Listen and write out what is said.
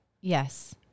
Yes